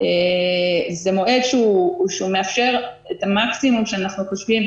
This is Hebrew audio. זה מועד שהוא מאפשר את המקסימום שאנחנו חושבים,